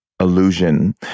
illusion